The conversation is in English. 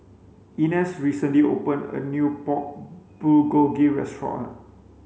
Inez recently opened a new Pork Bulgogi restaurant